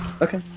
Okay